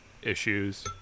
Issues